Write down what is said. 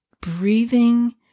breathing